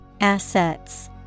Assets